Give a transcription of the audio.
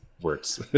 works